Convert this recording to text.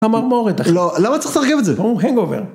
חמורמרת, אחי, לא, למה צריך לתרגם את זה? האנגובר